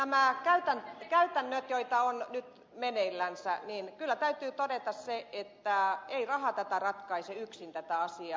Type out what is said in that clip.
näistä käytännöistä joita on nyt meneillänsä kyllä täytyy todeta se että ei raha ratkaise yksin tätä asiaa